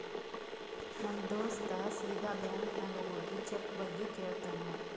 ನಮ್ ದೋಸ್ತ ಸೀದಾ ಬ್ಯಾಂಕ್ ನಾಗ್ ಹೋಗಿ ಚೆಕ್ ಬಗ್ಗೆ ಕೇಳ್ತಾನ್